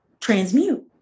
transmute